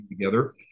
together